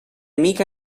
mica